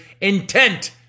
intent